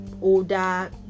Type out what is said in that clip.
older